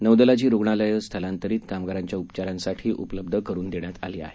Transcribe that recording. नौदलाची रुग्णालयं स्थलांतरित कामगारांच्या उपचारांसाठी उपलब्ध करण्यात आली आहेत